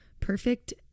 perfect